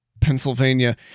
pennsylvania